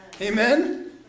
Amen